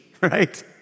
right